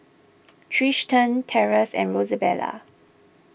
Trystan Terance and Rosabelle